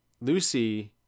Lucy